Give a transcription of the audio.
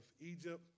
Egypt